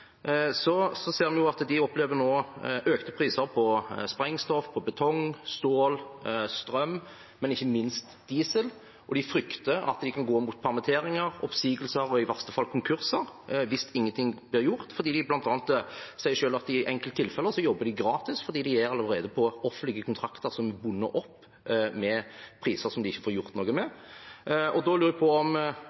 ser vi at de nå opplever økte priser på sprengstoff, betong, stål og strøm, og ikke minst på diesel, og de frykter at det kan gå mot permitteringer, oppsigelser og i verste fall konkurser hvis ingenting blir gjort. De sier bl.a. selv at de i enkelte tilfeller jobber gratis fordi de allerede er på offentlige kontrakter som er bundet opp med priser som de ikke får gjort noe med. Da lurer jeg på om